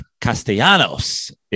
Castellanos